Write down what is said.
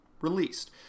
released